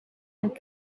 have